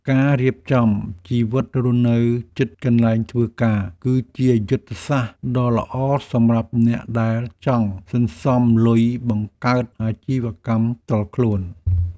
ការរៀបចំជីវិតរស់នៅជិតកន្លែងធ្វើការ គឺជាយុទ្ធសាស្ត្រដ៏ល្អសម្រាប់អ្នកដែលចង់សន្សំលុយបង្កើតអាជីវកម្មផ្ទាល់ខ្លួន។